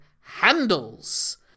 handles